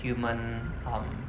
human um